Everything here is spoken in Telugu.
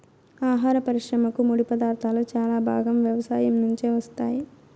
ఆహార పరిశ్రమకు ముడిపదార్థాలు చాలా భాగం వ్యవసాయం నుంచే వస్తాయి